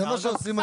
זה מה שעושים היום.